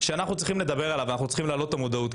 שאנחנו צריכים לדבר עליו ואנחנו צריכים להעלות את המודעות,